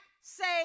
say